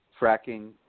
fracking